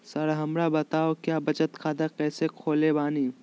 Sir हमरा बताओ क्या बचत खाता कैसे खोले बानी?